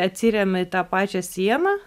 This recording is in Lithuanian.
atsiremi į tą pačią sieną